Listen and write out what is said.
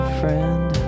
friend